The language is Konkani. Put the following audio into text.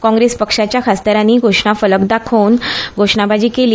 काँग्रेस पक्षाच्या खासदारांनी घोशणा तकटो दाखोवन घोशणाबाजी केली